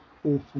Awful